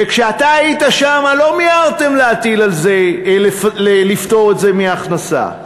וכשאתה היית שם לא מיהרתם לפטור את זה ממס הכנסה.